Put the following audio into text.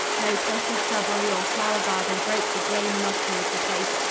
no plot of shrubbery or flower-garden broke the gray monotony of the place.